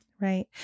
Right